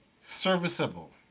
serviceable